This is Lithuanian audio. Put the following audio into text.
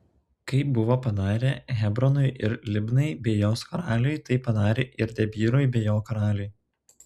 kaip buvo padarę hebronui ir libnai bei jos karaliui taip padarė ir debyrui bei jo karaliui